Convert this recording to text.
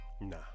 Nah